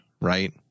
right